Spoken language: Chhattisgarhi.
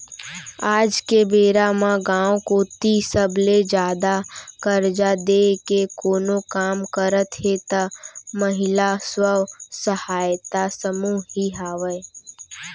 आज के बेरा म गाँव कोती सबले जादा करजा देय के कोनो काम करत हे त महिला स्व सहायता समूह ही हावय